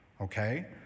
okay